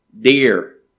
dear